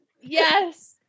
yes